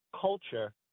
culture